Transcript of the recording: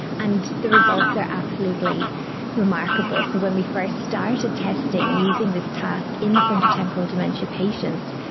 and the results are absolutely remarkable. so when we first started testing using this task in the frontotemporal dementia patients,